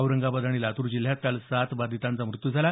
औरंगाबाद आणि लातूर जिल्ह्यात काल सात बाधितांचा मृत्यू झाला